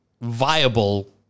Viable